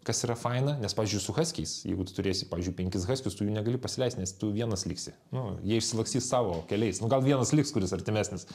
kas yra faina nes pavyzdžiui su haskiais jeigu tu turėsi pavyzdžiui penkis haskius tu jų negali pasileist nes tu vienas liksi nu jie išsilakstys savo keliais nu gal vienas liks kuris artimesnis